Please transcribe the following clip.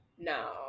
No